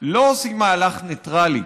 לא עושים מהלך ניטרלי,